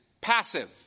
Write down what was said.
passive